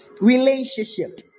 relationship